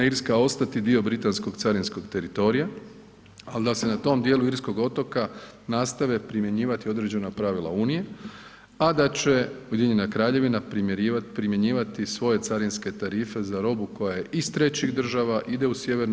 Irska ostati dio britanskog carinskog teritorija ali da se na tom djelu irskog otoka nastave primjenjivati određena pravila Unije a da će Ujedinjena Kraljevina primjenjivati svoje carinske tarife za robu koja iz trećih država ide u Sj.